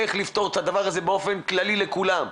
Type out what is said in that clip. איך לפתור את הדבר באופן כללי לכולם.